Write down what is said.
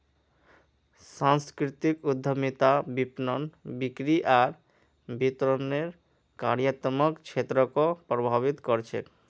सांस्कृतिक उद्यमिता विपणन, बिक्री आर वितरनेर कार्यात्मक क्षेत्रको प्रभावित कर छेक